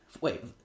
Wait